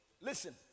Listen